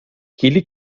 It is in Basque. kili